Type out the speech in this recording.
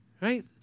Right